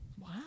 Wow